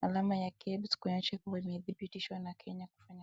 alama ya KIBS kuonyesha imezibitishwa na Kenya kufanya.